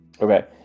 Okay